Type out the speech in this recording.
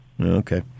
Okay